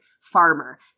farmer